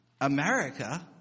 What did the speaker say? America